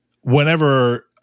whenever